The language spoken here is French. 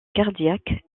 cardiaque